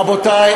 רבותי,